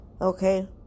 Okay